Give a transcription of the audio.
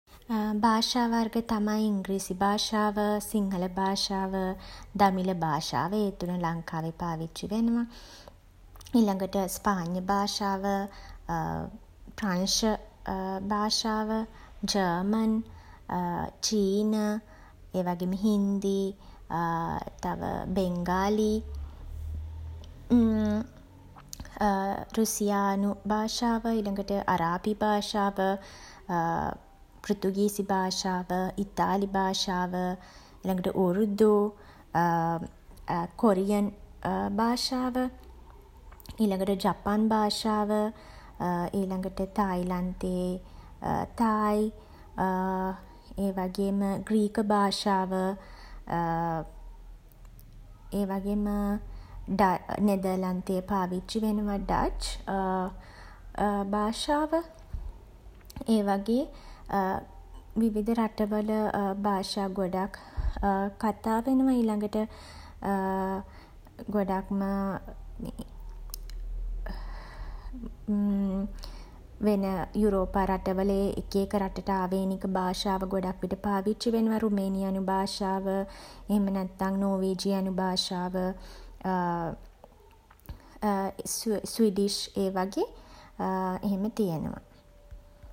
භාෂා වර්ග තමයි ඉංග්‍රීසි භාෂාව සිංහල භාෂාව දමිළ භාෂාව. ඒ තුන ලංකාවේ පාවිච්චි වෙනවා. ඊළඟට ස්පාඤ්ඤ භාෂාව ප්‍රංශ භාෂාව ජර්මන් චීන ඒ වගේම හින්දි තව බෙන්ගාලි රුසියානු භාෂාව ඊළගට අරාබි භාෂාව පෘතුගීසි භාෂාව ඉතාලි භාෂාව ඊළගට උර්දු කොරියන් භාෂාව ඊළගට ජපන් භාෂාව ඊළගට තායිලන්තයේ තායි ඒ වගේම ග්‍රීක භාෂාව ඒ වගේම නෙදර්ලන්තයේ පාවිච්චි වෙනවා ඩච් භාෂාව. ඒ වගේ විවිධ රටවල භාෂා ගොඩක් කතා වෙනවා. ඊළගට ගොඩක්ම මේ වෙන යුරෝපා රටවල ඒ එක එක රටට අවේනික භාෂාව ගොඩක් විට පාවිච්චි වෙනවා. රුමේනියානු භාෂාව එහෙම නැත්තම් නෝවේජියානු භාෂාව ස්විඩිෂ් ඒ වගේ එහෙම තියෙනවා.